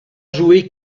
joué